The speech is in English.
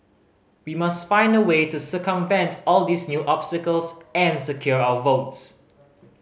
we must find a way to circumvent all these new obstacles and secure our votes